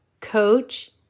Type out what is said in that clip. Coach